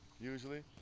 usually